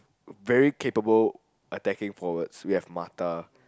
very capable attacking forwards we have Marta